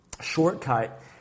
shortcut